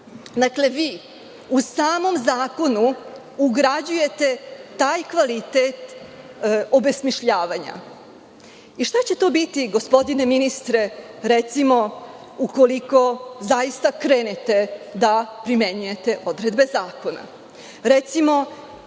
Dakle, vi u samom zakonu ugrađujete taj kvalitet obesmišljavanja. Šta će to biti, gospodine ministre, recimo, ukoliko zaista krenete da primenjujete odredbe zakona? Recimo,